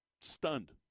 Stunned